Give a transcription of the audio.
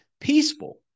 peaceful